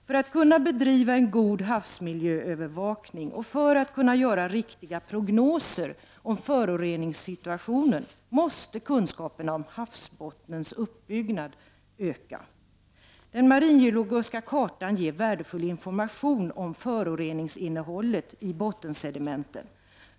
För att vi skall kunna bedriva en god havsmiljöövervakning och för att kunna göra riktiga prognoser om föroreningssituationen måste kunskaperna om havsbottens uppbyggnad öka. Den maringeologiska kartan ger värdefull information om föroreningsinnehållet i bottensedimenten.